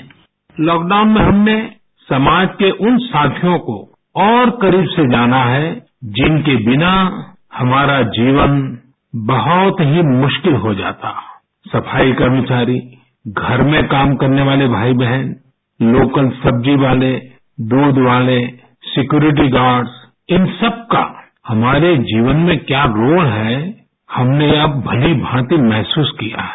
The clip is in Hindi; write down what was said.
साउंड बाईट लॉकडाउन में हमने समाज के उन साथियों को औरकरीब से जाना है जिनके बिना हमारा जीवन बहुत ही मुश्किलहो जाता सफाई कर्मचारी घर में काम करने वाले भाई बहन लोकलसब्जी वाले दूध वाले सिक्योरिटीगार्ड्स इन सबका हमारे जीवन में क्या रोल है हमने अब भली भांति महसूस किया है